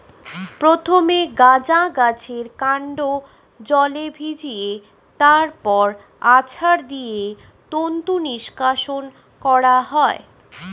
প্রথমে গাঁজা গাছের কান্ড জলে ভিজিয়ে তারপর আছাড় দিয়ে তন্তু নিষ্কাশণ করা হয়